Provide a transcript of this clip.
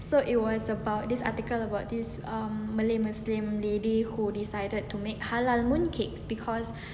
so it was about this article about this um malay muslim lady who decided to make halal mooncakes because